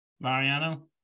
Mariano